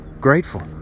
grateful